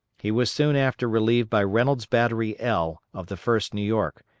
he was soon after relieved by reynolds' battery l of the first new york,